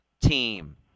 team